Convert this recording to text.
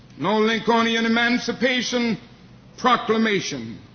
no lincolnian emancipation proclamation,